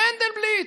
מנדלבליט.